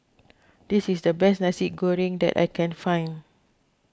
this is the best Nasi Goreng that I can find